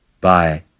Bye